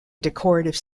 decorative